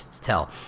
tell